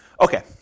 Okay